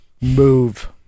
move